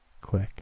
click